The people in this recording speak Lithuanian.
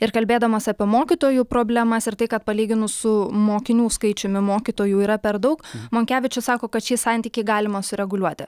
ir kalbėdamas apie mokytojų problemas ir tai kad palyginus su mokinių skaičiumi mokytojų yra per daug monkevičius sako kad šį santykį galima sureguliuoti